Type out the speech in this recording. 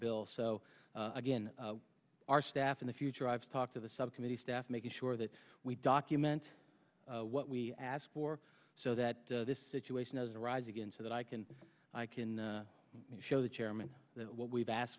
bill so again our staff in the future i've talked to the subcommittee staff making sure that we document what we ask for so that this situation arise again so that i can i can show the chairman that what we've asked